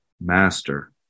master